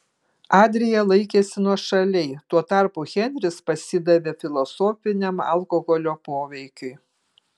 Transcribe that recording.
adrija laikėsi nuošaliai tuo tarpu henris pasidavė filosofiniam alkoholio poveikiui